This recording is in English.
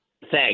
Thanks